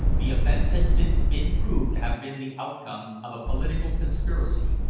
the offense has since been proved to have been the outcome of a political conspiracy,